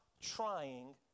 trying